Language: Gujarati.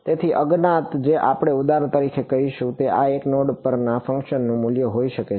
તેથી અજ્ઞાત જે આપણે ઉદાહરણ તરીકે કહીશું તે આ નોડ પરના ફંકશન નું મૂલ્ય હોઈ શકે છે